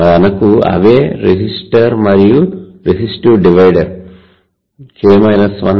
మనకు అవే రెసిస్టార్ మరియు రెసిస్టివ్ డివైడర్ R మరియు R